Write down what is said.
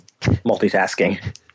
multitasking